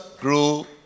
grew